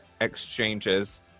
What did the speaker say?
exchanges